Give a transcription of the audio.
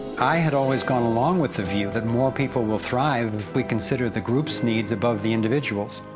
i had always gone along with the view that more people will thrive if we consider the group's needs above the individual's.